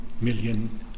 million